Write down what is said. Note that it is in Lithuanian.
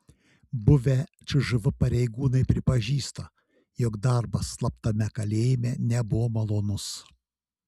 buvę cžv pareigūnai pripažįsta jog darbas slaptame kalėjime nebuvo malonus